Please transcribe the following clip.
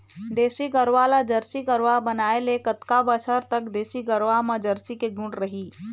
देसी गरवा ला जरसी गरवा बनाए ले कतका बछर तक देसी गरवा मा जरसी के गुण रही?